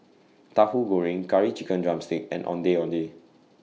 Tahu Goreng Curry Chicken Drumstick and Ondeh Ondeh